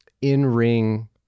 in-ring